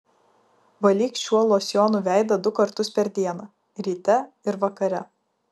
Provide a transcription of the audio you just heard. valyk šiuo losjonu veidą du kartus per dieną ryte ir vakare